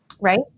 right